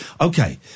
Okay